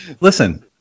listen